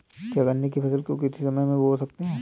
क्या गन्ने की फसल को किसी भी समय बो सकते हैं?